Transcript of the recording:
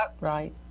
right